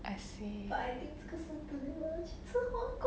I see